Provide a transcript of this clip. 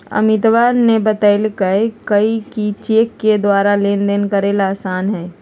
अमितवा ने बतल कई कि चेक के द्वारा लेनदेन करे ला आसान हई